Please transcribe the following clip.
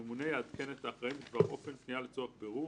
הממונה יעדכן את האחראים בדבר אופן פניה לצורך בירור,